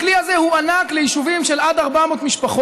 הכלי הזה הוענק ליישובים של עד 400 משפחות,